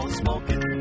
smoking